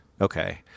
Okay